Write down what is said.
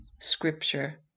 scripture